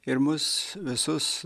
ir mus visus